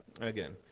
again